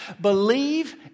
Believe